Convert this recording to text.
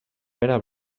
pere